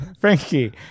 frankie